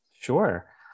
Sure